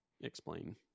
explain